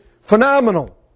phenomenal